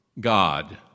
God